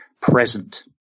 present